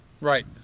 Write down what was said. Right